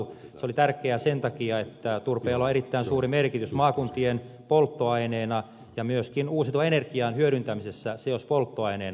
se oli tärkeää sen takia että turpeella on erittäin suuri merkitys maakuntien polttoaineena ja myöskin uusiutuvan energian hyödyntämisessä seospolttoaineena